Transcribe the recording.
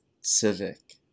Civic